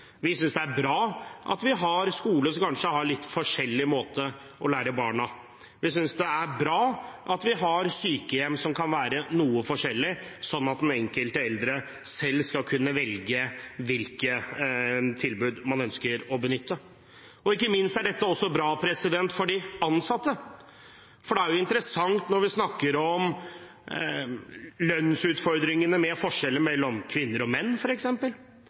Vi synes det er bra at vi har skoler som kanskje har litt forskjellige måter å lære opp barna på. Vi synes det er bra at vi har sykehjem som kan være noe forskjellige, sånn at den enkelte eldre selv skal kunne velge hvilket tilbud man ønsker å benytte. Ikke minst er dette bra for de ansatte, for det er interessant at når vi snakker om lønnsutfordringene, om forskjellene mellom kvinner og menn